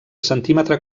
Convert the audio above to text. centímetre